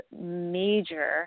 major